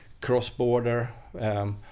cross-border